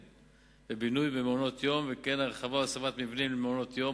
בבינוי במעונות-יום וכן הרחבה או הסבת מבנים למעונות-יום,